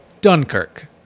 Dunkirk